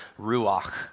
ruach